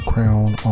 Crown